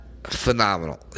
Phenomenal